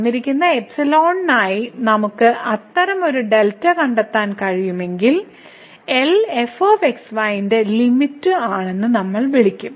തന്നിരിക്കുന്ന എപ്സിലോണിനായി നമുക്ക് അത്തരമൊരു ഡെൽറ്റ കണ്ടെത്താൻ കഴിയുമെങ്കിൽ L f xy ന്റെ ലിമിറ്റ് ആണെന്ന് നമ്മൾ വിളിക്കും